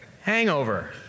hangover